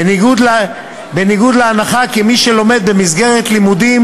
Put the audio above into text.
בניגוד להנחה כי מי שלומד במסגרת לימודים